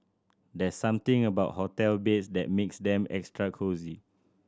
there's something about hotel beds that makes them extra cosy